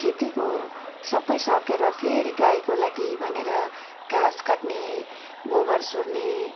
खेतीको सबै सकेर फेरि गाईको लागि भनेर घाँस काट्ने गोबर सोर्ने